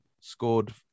scored